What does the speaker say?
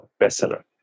bestseller